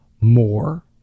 more